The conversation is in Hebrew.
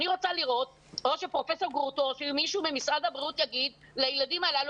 אני רוצה לראות שפרופ' גרוטו או מישהו ממשרד הבריאות יגיד לילדים הללו,